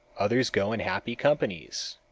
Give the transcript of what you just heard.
others go in happy companies,